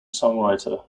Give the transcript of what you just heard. songwriter